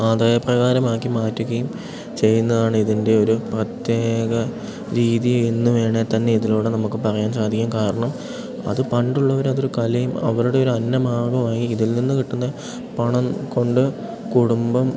ആദായപ്രകാരമാക്കി മാറ്റുകയും ചെയ്യുന്നതാണ് ഇതിൻ്റെ ഒരു പ്രത്യേക രീതി എന്നു വേണേ തന്നെ ഇതിലൂടെ നമുക്ക് പറയാൻ സാധിക്കും കാരണം അത് പണ്ടുള്ളവർ അതൊരു കലയും അവരുടെ ഒരന്നമാകുമായി ഇതിൽ നിന്ന് കിട്ടുന്ന പണം കൊണ്ട് കുടുംബം